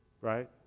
right